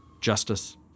justice